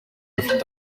gifite